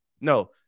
no